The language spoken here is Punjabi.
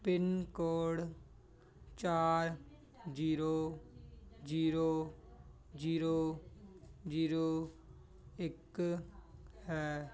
ਪਿੰਨ ਕੋਡ ਚਾਰ ਜੀਰੋ ਜੀਰੋ ਜੀਰੋ ਜੀਰੋ ਇੱਕ ਹੈ